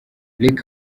luc